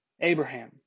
Abraham